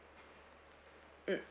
mm